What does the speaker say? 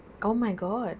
oh my god